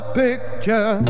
picture